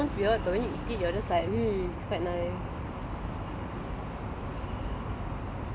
little spot lah little spot has a lot of weird combos like it sounds weird but when you eat it you will just like mmhmm it's quite nice